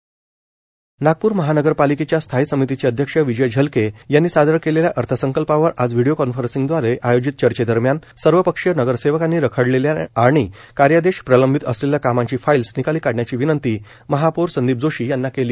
मनपा अर्थसंकल्प नागप्र महानगरपालिकेच्या स्थायी समितीचे अध्यक्ष विजय झलके यांनी सादर केलेल्या अर्थसंकल्पावर आज व्हिडीओ कॉन्फरसिंगदवारे आयोजित चर्चेदरम्यान सर्वपक्षीय नगरसेवकांनी रखडलेल्या आणि कार्यादेश प्रलंबित असलेल्या कामाची फाईल्स निकाली काढण्याची विनंती महापौर संदीप जोशी यांना केली